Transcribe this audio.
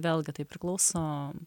vėlgi tai priklauso